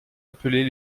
appelés